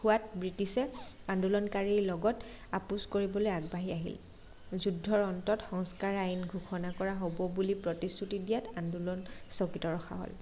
হোৱাত ব্ৰিটিছে আন্দোলনকাৰীৰ লগত আপোচ কৰিবলৈ আগবাঢ়ি আহিল যুদ্ধৰ অন্তত সংস্কাৰ আইন ঘোষণা কৰা হ'ব বুলি প্ৰতিশ্ৰুতি দিয়াত আন্দোলন স্থগিত ৰখা হ'ল